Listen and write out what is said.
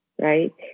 right